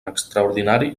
extraordinari